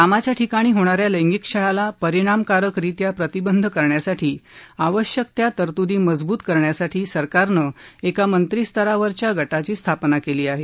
कामाच्या ठिकाणी होणा या लैंगिक छळाला परिणामकारकरित्या प्रतिबंध करण्यासाठी आवश्यक त्या तरतुदी मजबुत करण्यासाठी सरकारनं एका मंत्रीस्तरावरील गटाची स्थापना केली आहे